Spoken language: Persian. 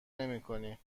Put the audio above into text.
نمیکنی